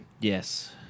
Yes